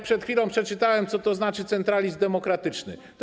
Przed chwilą przeczytałem, co to znaczy centralizm demokratyczny.